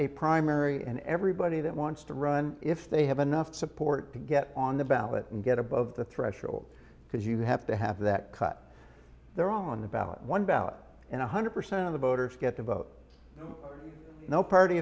a primary and everybody that wants to run if they have enough support to get on the ballot and get above the threshold because you have to have that cut there on the ballot one ballot and one hundred percent of the voters get to vote no party